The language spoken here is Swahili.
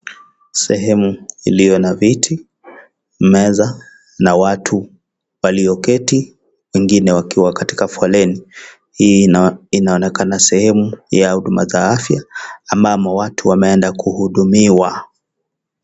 Sehemu iliyo na viti, meza na watu walioketi wengine wakiwa katika foleni. Hii inaonekana sehemu ya huduma za afya ambamo watu wameenda kuhudumiwa.